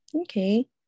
Okay